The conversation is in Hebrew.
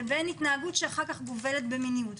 לבין התנהגות שאחר כך גובלת במיניות.